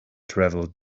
travel